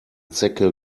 zecke